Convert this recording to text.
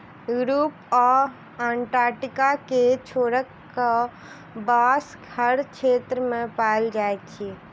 Europe आ Antarctica के छोइड़ कअ, बांस हर क्षेत्र में पाओल जाइत अछि